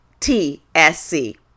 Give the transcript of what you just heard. TSC